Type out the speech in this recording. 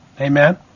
Amen